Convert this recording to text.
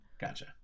gotcha